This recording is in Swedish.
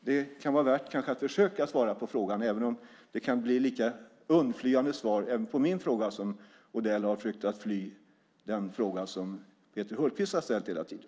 Det kan kanske vara värt att försöka svara på frågan även om det kan bli ett lika undflyende svar på min fråga som på den fråga som Peter Hultqvist har ställt hela tiden.